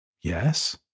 Yes